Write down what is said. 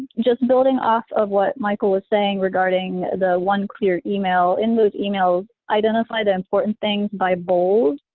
just building off of what michael was saying regarding the one clear email, in those emails, identify the important things by bold,